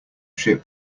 ship